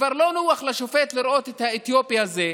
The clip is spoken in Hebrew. כבר לא נוח לשופט לראות את האתיופי הזה,